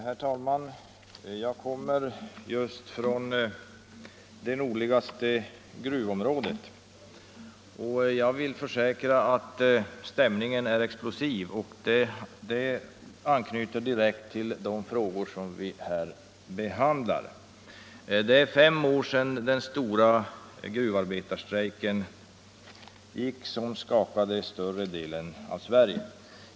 Herr talman! Jag kommer just från det nordligaste gruvområdet. Jag vill försäkra att stämningen där är explosiv, och det anknyter direkt till de frågor vi här behandlar. Det är fem år sedan den stora gruvarbetarstrejken, som skakade hela Sverige.